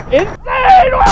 insane